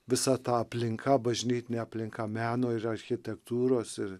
visa ta aplinka bažnytinė aplinka meno ir architektūros ir